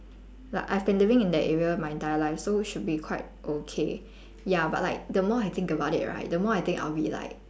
like I've been living in that area my entire life so it should be okay ya but like the more I think about it right the more I think I'll be like